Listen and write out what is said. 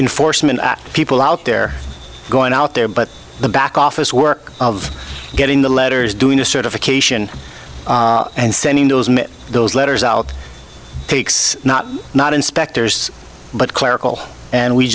in foresman at people out there going out there but the back office work of getting the letters doing the certification and sending those those letters out takes not not inspectors but clerical and we